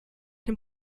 dem